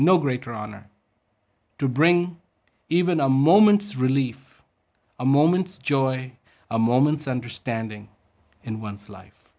no greater honor to bring even a moment's relief a moment's joy a moment's understanding in one's life